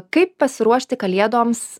kaip pasiruošti kalėdoms